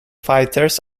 fighters